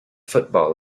football